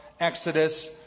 Exodus